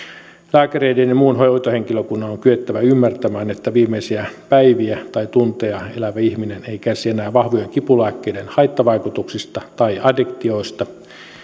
lääkäreiden ja muun hoitohenkilökunnan on kyettävä ymmärtämään että viimeisiä päiviään tai tuntejaan elävä ihminen ei kärsi enää vahvojen kipulääkkeiden haittavaikutuksista tai addiktioista